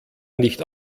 nicht